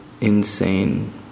insane